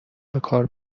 بکار